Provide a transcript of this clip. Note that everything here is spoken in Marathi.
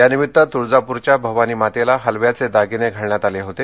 यानिमित्त तुळजापूरच्या भवानी मातेला हलव्याचे दागिने घालण्यात आले होते